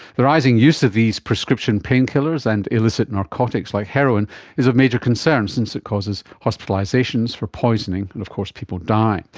the rising use of these prescription painkillers and illicit narcotics like heroin is of major concern since it causes hospitalisation for poisoning and of course people die.